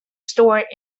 store